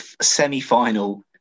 semi-final